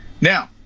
now